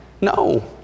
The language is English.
No